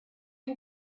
can